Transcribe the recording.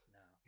no